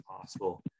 possible